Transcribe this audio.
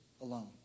alone